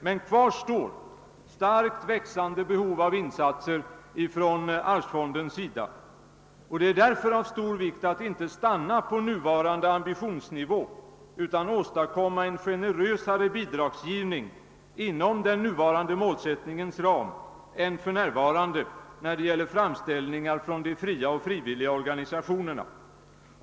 Men kvar står starkt växande behov av insatser från arvsfonden. Det är därför av stor vikt att inte stanna på nuvarande ambitionsnivå utan i stället åstadkomma en generösare bidragsgivning, inom den nuvarande målsättningens ram, än för närvarande, när det gäller framställningar från de fria och frivilliga organisationerna.